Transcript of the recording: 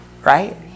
right